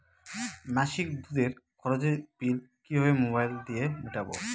মাসিক দুধের খরচের বিল কিভাবে মোবাইল দিয়ে মেটাব?